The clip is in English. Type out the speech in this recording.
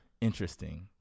Interesting